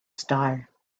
star